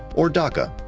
or daca.